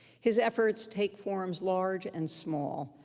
his efforts take forms large and small,